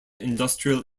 industrial